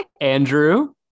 andrew